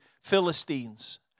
Philistines